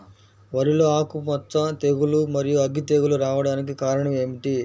వరిలో ఆకుమచ్చ తెగులు, మరియు అగ్గి తెగులు రావడానికి కారణం ఏమిటి?